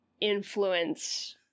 influence